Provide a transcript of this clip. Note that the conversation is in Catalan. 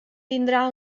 tindrà